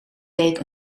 week